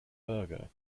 berger